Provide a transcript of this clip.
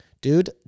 Dude